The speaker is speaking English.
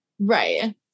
Right